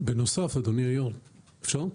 בנוסף אדוני היו"ר אפשר?